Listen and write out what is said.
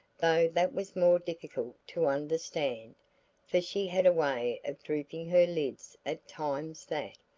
though that was more difficult to understand, for she had a way of drooping her lids at times that,